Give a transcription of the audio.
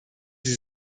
sie